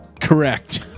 Correct